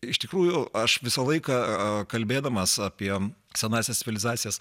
iš tikrųjų aš visą laiką kalbėdamas apie senąsias civilizacijas